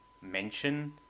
mention